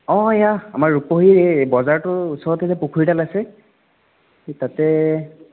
অ' এয়া আমাৰ ৰূপহীৰ বজাৰটোৰ ওচৰতে যে পুখুৰী এটা আছে সেই তাতে